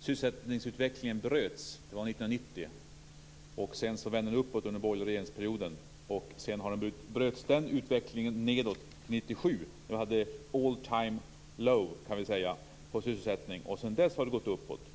sysselsättningsutvecklingen bröts. Det var 1990. Sedan vände den uppåt under den borgerliga regeringsperioden. Därefter bröts den utvecklingen och gick nedåt 1997. Vi hade all time low när det gällde sysselsättning, kan man säga. Sedan dess har det gått uppåt.